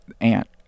ant